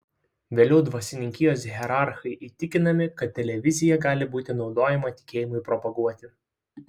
vėliau dvasininkijos hierarchai įtikinami kad televizija gali būti naudojama tikėjimui propaguoti